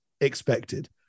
expected